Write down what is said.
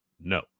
No